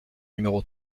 numéro